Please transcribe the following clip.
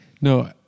No